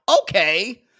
okay